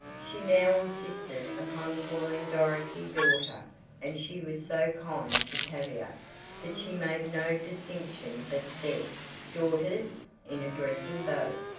she now insisted upon calling dorothy daughter and she was so kind to tavia that she made no distinction but said daughters in addressing both.